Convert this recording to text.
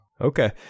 Okay